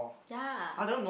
ya